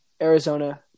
Arizona